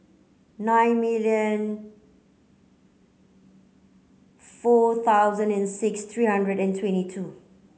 nine million four thousand and six three hundred and twenty two